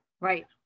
right